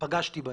פגשתי בהם,